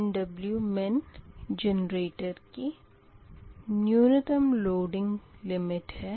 MWmin generator की न्यूनतम loading limit है